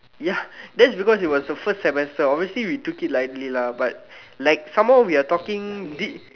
ya that's because it was the first semester obviously we took it lightly lah but like some more we are talking thi~